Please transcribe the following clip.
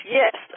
yes